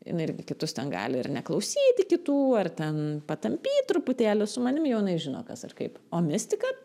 jinai irgi kitus ten gali ir neklausyti kitų ar ten patampyt truputėlį su manim jau jinai žino kas ir kaip o mistika